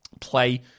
play